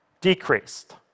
decreased